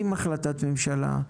עם החלטת ממשלה,